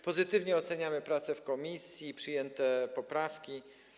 Pozytywnie oceniamy prace w komisji, przyjęte poprawki.